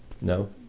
no